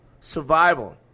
Survival